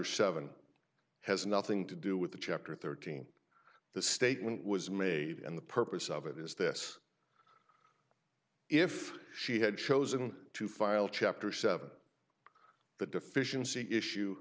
seven has nothing to do with the chapter thirteen the statement was made and the purpose of it is this if she had chosen to file chapter seven the deficiency issue